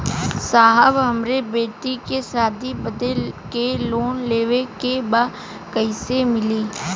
साहब हमरे बेटी के शादी बदे के लोन लेवे के बा कइसे मिलि?